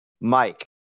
Mike